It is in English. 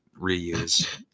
reuse